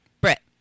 Brett